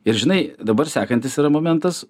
ir žinai dabar sekantis yra momentas